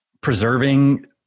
preserving